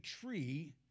tree